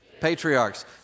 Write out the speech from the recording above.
Patriarchs